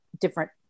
different